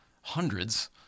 hundreds